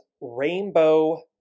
rainbow